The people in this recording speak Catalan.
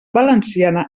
valenciana